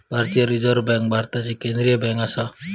भारतीय reserve bank भारताची केंद्रीय बँक आसा